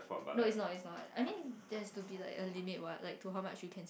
no it's not it's not I mean there's to be like a limit what like to how much you can